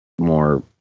more